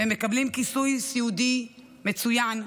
הם מקבלים כיסוי סיעודי מצוין,